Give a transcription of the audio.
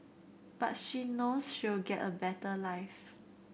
but she knows she'll get a better life